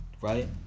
Right